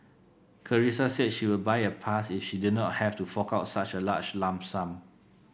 Carissa said she would buy a pass if she did not have to fork out such a large lump sum